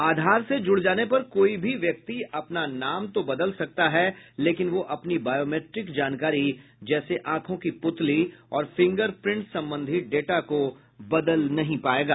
आधार से जुड जाने पर कोई भी व्यक्ति अपना नाम तो बदल सकता है लेकिन वह अपनी बायोमेट्रिक जानकारी जैसे आंखों की पुतली और फिंगर प्रटिस संबंधी डेटा को बदल नहीं पाएगा